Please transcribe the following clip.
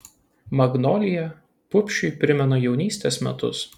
magnolija pupšiui primena jaunystės metus